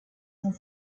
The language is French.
sont